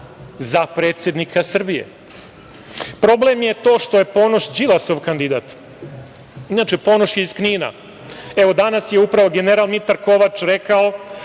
za predsednika Srbije. Problem je to što je Ponoš Đilasov kandidat. Inače, Ponoš je iz Knina. Evo, danas je upravo general Mitar Kovač rekao